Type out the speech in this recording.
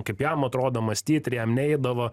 kaip jam atrodo mąstyt ir jam neidavo